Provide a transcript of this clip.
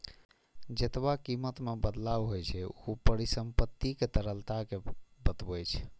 जेतबा कीमत मे बदलाव होइ छै, ऊ परिसंपत्तिक तरलता कें बतबै छै